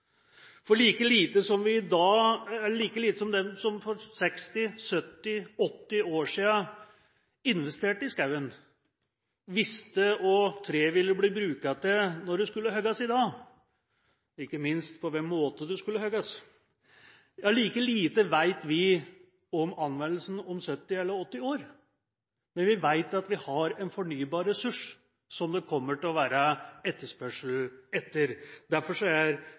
som for 60, 70 og 80 år siden investerte i skogen visste hva treet ville bli brukt til når det skulle hogges i dag, ikke minst på hvilken måte det skulle hogges, like lite vet vi om anvendelsen om 70 eller 80 år. Men vi vet at vi har en fornybar ressurs som det kommer til å være etterspørsel etter. Derfor er dette saksområdet så viktig, og derfor er